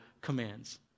commands